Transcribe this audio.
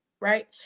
Right